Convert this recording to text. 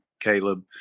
Caleb